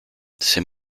c’est